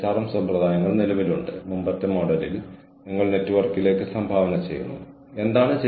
ഈ കോഴ്സ് മാത്രമല്ല പ്രത്യേകിച്ചും ഉദാഹരണത്തിന് മറ്റ് എഞ്ചിനീയറിംഗ് കോഴ്സുകൾ